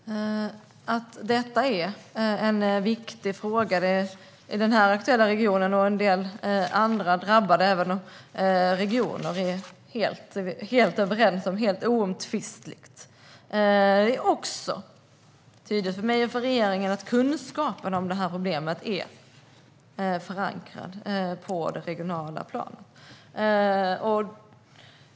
Herr talman! Att detta är en viktig fråga i den aktuella regionen och i en del andra drabbade regioner är helt oomtvistligt. Det är viktigt för mig och regeringen att kunskapen om problemet är förankrad på det regionala planet.